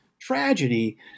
tragedy